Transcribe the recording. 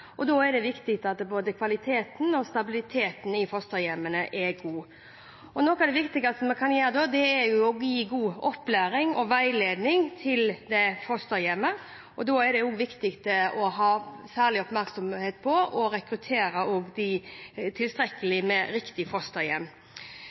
Da er det viktig at både kvaliteten og stabiliteten i fosterhjemmene er god. Noe av det viktigste vi kan gjøre da, er å gi god opplæring og veiledning til fosterhjemmet. Da er det også viktig å ha særlig oppmerksomhet på å rekruttere tilstrekkelig med riktige fosterhjem. Stortinget har nå vedtatt fosterhjemsmeldingen, og